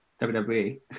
WWE